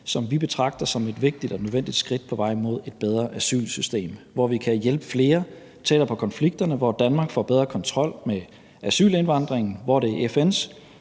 som vi betragter som et vigtigt og nødvendigt skridt på vejen mod et bedre asylsystem, hvor vi kan hjælpe flere tættere på konflikterne, hvor Danmark får bedre kontrol med asylindvandringen, hvor det er FN's